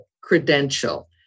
credential